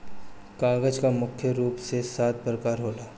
कागज कअ मुख्य रूप से सात प्रकार होला